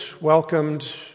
welcomed